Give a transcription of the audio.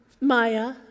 Maya